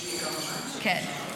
תשבשי כמה שאת --- כן.